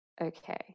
Okay